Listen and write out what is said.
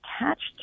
attached